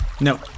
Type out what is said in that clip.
No